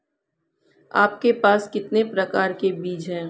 आपके पास कितने प्रकार के बीज हैं?